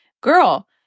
girl